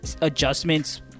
adjustments